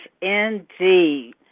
indeed